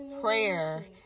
prayer